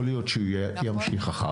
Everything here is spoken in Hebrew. יכול להיות שהוא ימשיך אחר כך.